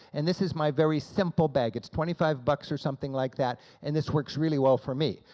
and this is my very simple bag, it's twenty five bucks or something like that, and this works really well for me.